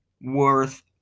worth